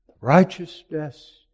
Righteousness